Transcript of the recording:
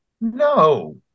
No